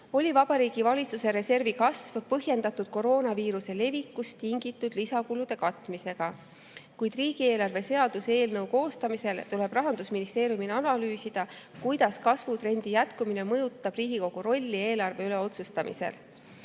oli Vabariigi Valitsuse reservi kasv põhjendatud koroonaviiruse levikust tingitud lisakulude katmisega, kuid riigieelarve seaduse eelnõu koostamisel tuleb Rahandusministeeriumil analüüsida, kuidas kasvutrendi jätkumine mõjutab Riigikogu rolli eelarve üle otsustamisel.